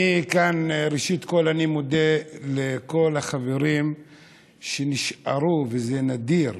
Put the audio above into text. ראשית, אני מודה לכל החברים שנשארו, וזה נדיר,